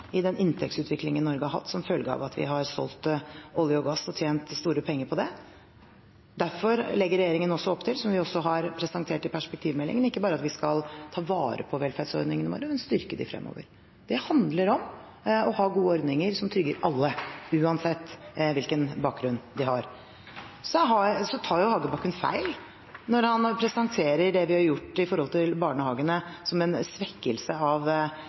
i den inntektsutviklingen Norge har hatt som følge av at vi har solgt olje og gass og tjent store penger på det. Derfor legger regjeringen opp til, som vi også har presentert i perspektivmeldingen, ikke bare at vi skal ta vare på velferdsordningene våre, men styrke dem fremover. Det handler om å ha gode ordninger som trygger alle, uansett hvilken bakgrunn de har. Hagebakken tar feil når han presenterer det vi har gjort når det gjelder barnehagene, som en svekkelse av